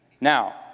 now